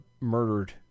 murdered